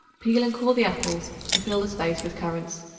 peel and core the apples and fill the space with currants.